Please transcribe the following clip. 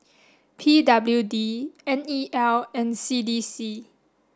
P W D N E L and C D C